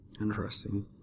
Interesting